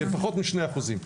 פחות משני אחוזים.